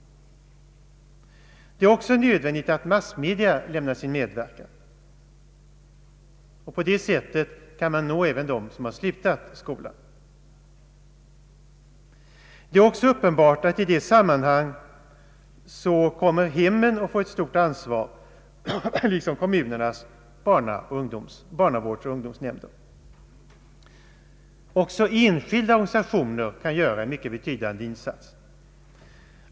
Det är också nödvändigt att massmedia lämnar sin medverkan. På detta sätt bör man kunna nå även dem som slutat skolan. Att hemmen i detta sammanhang kommer att få ett stort ansvar är uppenbart liksom kommunernas barnavårdsoch ungdomsnämnder. Också enskilda organisationer kan göra en mycket betydande insats.